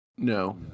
No